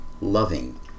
loving